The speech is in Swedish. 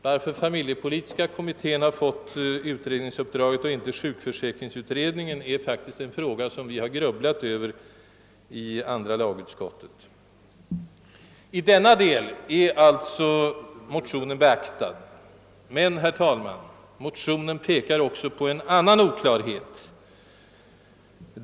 Varför familjepolitiska kommittén har fått utredningsuppdraget och inte sjukförsäkringsutredningen är faktiskt en fråga som vi i andra lagutskottet grubblat över. I denna del är alltså motionen beaktad men, herr talman, motionen pekar också på en annan oklarhet.